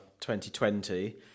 2020